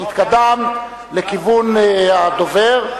התקדמת לכיוון הדובר,